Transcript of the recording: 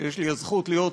שיש לי הזכות להיות,